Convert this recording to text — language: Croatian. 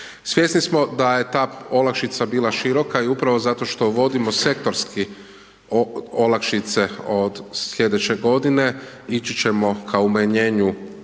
Svjesni smo da je ta olakšica bila široka i upravo zato što uvodimo sektorski olakšice od slijedeće godine, ići ćemo ka umanjenju